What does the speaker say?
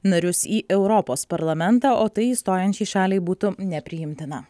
narius į europos parlamentą o tai išstojančiai šaliai būtų nepriimtina